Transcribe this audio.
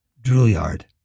Drouillard